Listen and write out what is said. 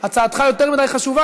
חצי יום חופש לחברי מרכז?